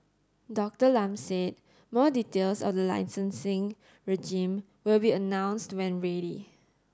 Dr Lam said more details of the licensing regime will be announced when ready